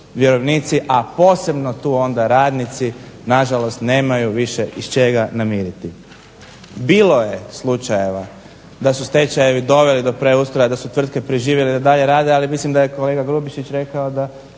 vjerovnici, a posebno onda tu radnici nažalost nemaju iz čega više namiriti. Bilo je slučajeva da su stečajevi doveli do preustroja, da su tvrtke preživjele da dalje rade ali mislim da je kolega Grubišić rekao da